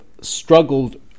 struggled